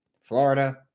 Florida